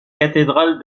cathédrale